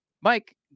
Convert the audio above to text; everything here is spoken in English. mike